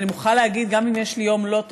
שאני מוכרחה להגיד שגם אם יש לי יום לא טוב,